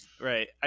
Right